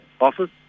Office